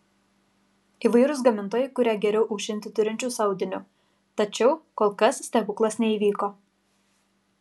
įvairūs gamintojai kuria geriau aušinti turinčius audiniu tačiau kol kas stebuklas neįvyko